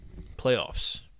playoffs